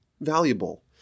valuable